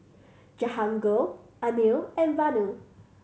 Jahangir Anil and Vanu